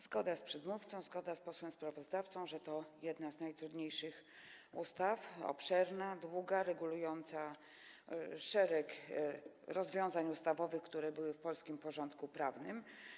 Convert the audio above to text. Zgoda z przedmówcą, zgoda z posłem sprawozdawcą co do tego, że to jedna z najtrudniejszych ustaw: obszerna, długa, regulująca szereg rozwiązań ustawowych, które były w polskim porządku prawnym.